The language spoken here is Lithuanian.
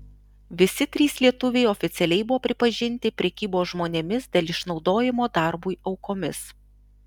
visi trys lietuviai oficialiai buvo pripažinti prekybos žmonėmis dėl išnaudojimo darbui aukomis